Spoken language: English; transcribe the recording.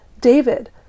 David